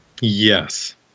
Yes